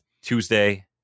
tuesday